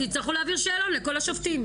תצטרכו להעביר שאלון לכל השופטים,